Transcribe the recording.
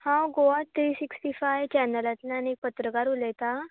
हांव Goa three sixty five चॅनलांतल्यान एक पत्रकार उलयतां